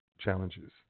challenges